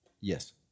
Yes